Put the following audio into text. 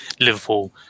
Liverpool